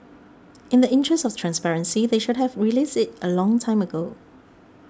in the interest of transparency they should have released it a long time ago